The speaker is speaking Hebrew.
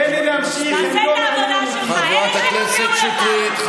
תעשה את העבודה שלך, חברת הכנסת שטרית.